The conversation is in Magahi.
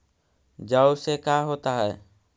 जौ से का होता है?